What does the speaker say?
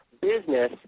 business